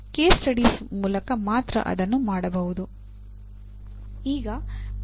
case studies ಮೂಲಕ ಮಾತ್ರ ಅದನ್ನು ಮಾಡಬಹುದು